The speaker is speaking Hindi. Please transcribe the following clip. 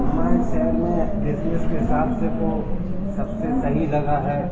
हमारे शहर में बिजनेस के हिसाब से तो सबसे सही लगा है